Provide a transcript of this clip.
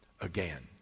again